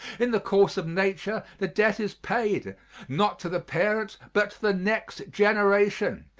in the course of nature the debt is paid, not to the parent, but to the next generation,